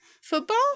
Football